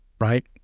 right